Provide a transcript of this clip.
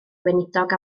gweinidog